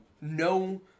no